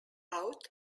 out